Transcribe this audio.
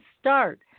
start